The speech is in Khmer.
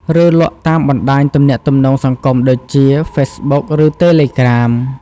ឬលក់តាមបណ្តាញទំនាក់ទំនងសង្គមដូចជា ហ្វេសបុក ឬ តេឡេក្រាម។